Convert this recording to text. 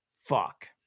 fuck